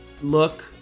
look